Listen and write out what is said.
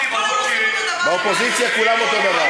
כל הרוסים אותו דבר,